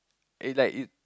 eh like it